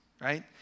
right